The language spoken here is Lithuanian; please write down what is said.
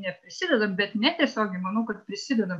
neprisidedam bet netiesiogiai manau kad prisidedam